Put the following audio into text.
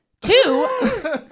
Two